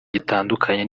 gitandukanye